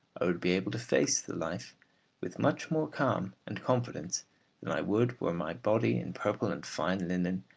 i would be able to face the life with much more calm and confidence than i would were my body in purple and fine linen,